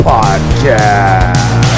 Podcast